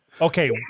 okay